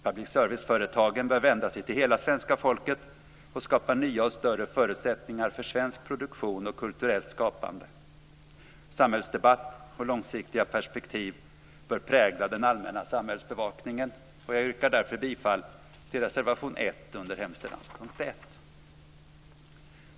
Public service-företagen bör vända sig till hela svenska folket och skapa nya och större förutsättningar för svensk produktion och kulturellt skapande. Samhällsdebatt och långsiktiga perspektiv bör prägla den allmänna samhällsbevakningen. Jag yrkar därför bifall till reservation 1 under hemställanspunkt 1.